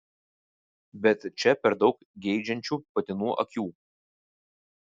bet čia per daug geidžiančių patinų akių